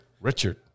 Richard